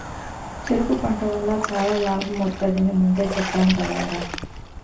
చెరకు పంట వల్ల చాలా లాభమొత్తది అని ముందే చెప్పేను కదరా?